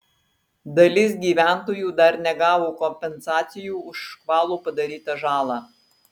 dalis gyventojų dar negavo kompensacijų už škvalo padarytą žalą